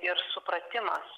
ir supratimas